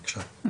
בבקשה.